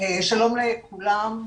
שלום לכולם.